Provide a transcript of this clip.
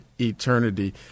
eternity